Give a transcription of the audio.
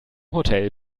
hotel